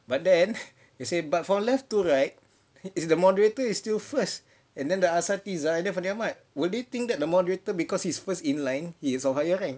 but then he say but from left to right is the moderator is still first and then asatizah and then fandi ahmad would you think that the moderator because he is first in line he is of higher rank